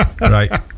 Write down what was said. Right